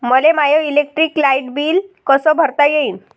मले my electric light bill कस भरता येईल?